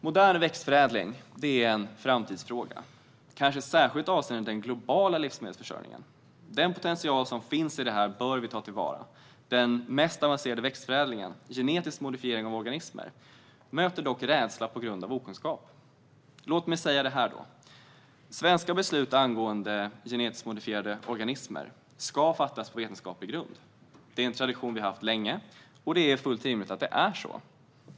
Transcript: Modern växtförädling är en framtidsfråga, kanske särskilt avseende den globala livsmedelsförsörjningen, och den potential som finns i detta bör vi ta till vara. Den mest avancerade växtförädlingen - genetisk modifiering av organismer - möter dock rädsla på grund av okunskap. Låt mig säga följande: Svenska beslut angående genetiskt modifierade organismer ska fattas på vetenskaplig grund. Det är en tradition vi har haft länge, och det är fullt rimligt att det är så.